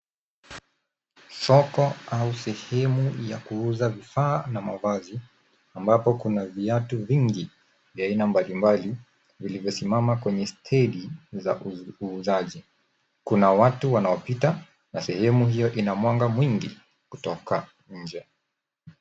Soko au sehemu ya kuuza vifa vya mavazi ambapo kuna viatu vingi vya aina mbalimbali vilivyo simama kwenye stendi za uuzaji. Kuna watu walio pita na sehemu hio ina mwanga mwingi kutoka nje.